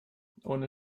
ohne